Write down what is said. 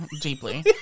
Deeply